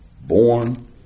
Born